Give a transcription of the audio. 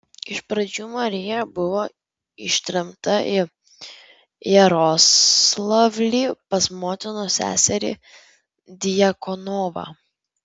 iš pradžių marija buvo ištremta į jaroslavlį pas motinos seserį djakonovą